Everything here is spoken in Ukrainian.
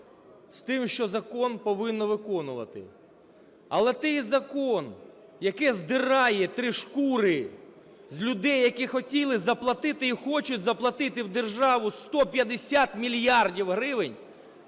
з тим, що закон повинен виконуватися. Але той закон, який здирає три шкури з людей, які хотіли заплатити і хочуть заплатити в державу 150 мільярдів гривень,